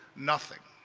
nothing.